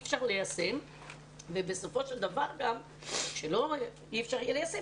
אפשר ליישם אותה ובסופו של דבר כשאי אפשר יהיה ליישם,